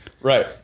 Right